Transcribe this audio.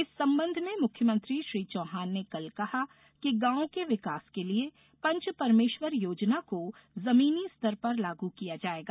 इस संबंध में मुख्यमंत्री श्री चौहान ने कल कहा कि गांवों के विकास के लिए पंच परमेश्वर योजना को जमीनी स्तर पर लागू किया जाएगा